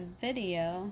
video